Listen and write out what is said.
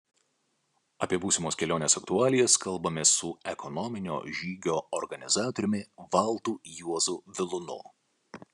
apie būsimos kelionės aktualijas kalbamės su ekonominio žygio organizatoriumi valdu juozu vilūnu